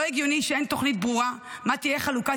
לא הגיוני שאין תוכנית ברורה מה תהיה חלוקת